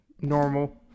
Normal